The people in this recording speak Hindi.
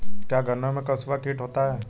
क्या गन्नों में कंसुआ कीट होता है?